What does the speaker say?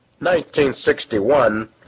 1961